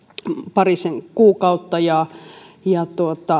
parisen kuukautta ja ja